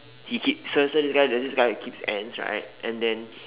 he keeps so so so this guy there's this guy who keep ants right and then